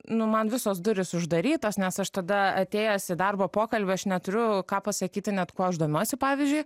nu man visos durys uždarytos nes aš tada atėjęs į darbo pokalbį aš neturiu ką pasakyti net kuo aš domiuosi pavyzdžiui